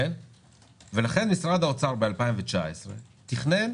ולכן משרד האוצר ב-2019 תכנן